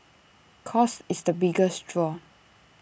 cost is the biggest draw